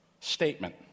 statement